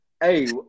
Hey